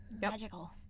Magical